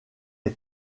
est